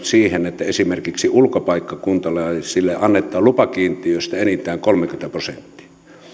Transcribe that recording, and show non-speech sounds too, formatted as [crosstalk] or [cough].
[unintelligible] siihen että esimerkiksi ulkopaikkakuntalaisille annetaan lupakiintiöstä enintään kolmekymmentä prosenttia